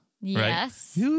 Yes